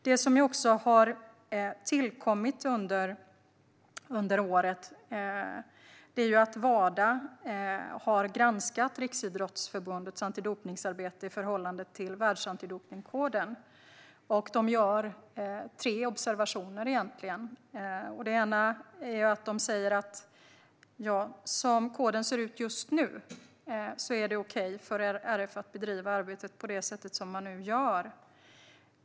Det som har tillkommit under året är att Wada har granskat Riksidrottsförbundets antidopningsarbete i förhållande till världsantidopningskoden. Man har gjort tre observationer. Bland annat säger Wada att som koden ser ut just nu är det okej för RF att bedriva arbetet som man nu gör.